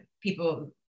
people